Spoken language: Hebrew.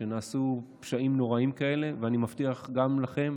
שבהם נעשו פשעים נוראיים כאלה, ואני מבטיח גם לכם